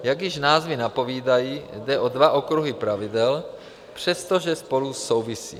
Jak již názvy napovídají, jde o dva okruhy pravidel, přestože spolu souvisí.